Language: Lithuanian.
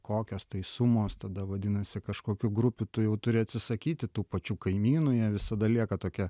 kokios tai sumos tada vadinasi kažkokių grupių tu jau turi atsisakyti tų pačių kaimynų jie visada lieka tokie